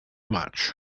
much